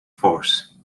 force